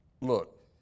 Look